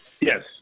Yes